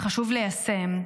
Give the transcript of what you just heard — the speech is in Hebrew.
וחשוב ליישם,